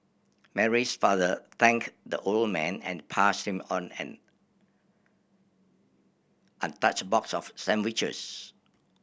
Mary's father thanked the old man and passed him an untouched box of sandwiches